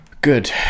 Good